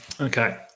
Okay